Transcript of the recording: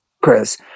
Chris